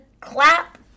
clap